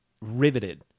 riveted